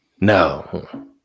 No